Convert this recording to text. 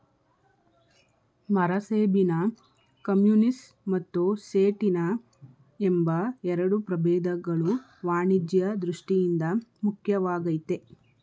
ಮರಸೇಬಿನ ಕಮ್ಯುನಿಸ್ ಮತ್ತು ಸೇಟಿನ ಎಂಬ ಎರಡು ಪ್ರಭೇದಗಳು ವಾಣಿಜ್ಯ ದೃಷ್ಠಿಯಿಂದ ಮುಖ್ಯವಾಗಯ್ತೆ